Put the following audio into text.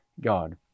God